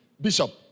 Bishop